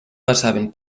passaven